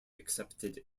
accepted